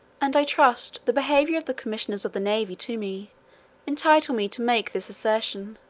and i trust the behaviour of the commissioners of the navy to me entitle me to make this assertion